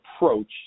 approach